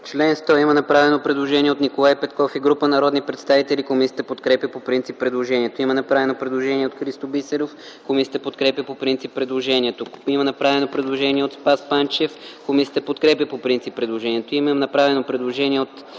чл. 100 има направено предложение от Николай Петков и група народни представители. Комисията подкрепя по принцип предложението. Има направено предложение от народния представител Христо Бисеров. Комисията подкрепя по принцип предложението. Има направено предложение от народния представител Спас Панчев. Комисията подкрепя по принцип предложението. Има направено предложение от